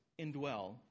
indwell